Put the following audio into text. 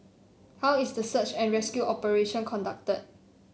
how is the search and rescue operation conducted